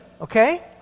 okay